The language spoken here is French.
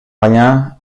rien